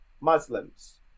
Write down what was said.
muslims